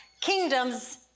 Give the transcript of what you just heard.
kingdoms